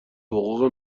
حقوق